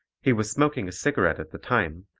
he was smoking a cigarette at the time,